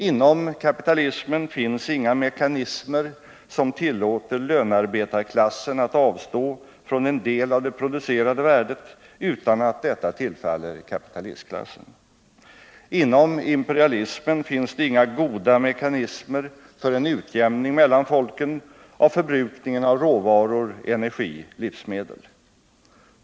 Inom kapitalismen finns inga mekanismer som tillåter lönarbetarklassen att avstå från en del av det producerade värdet utan att detta tillfaller kapitalistklassen. Inom imperialismen finns det inga goda mekanismer för en utjämning mellan folken av förbrukningen av råvaror, energi och livsmedel.